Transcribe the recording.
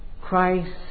Christ